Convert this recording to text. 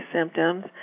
symptoms